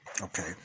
Okay